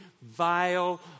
vile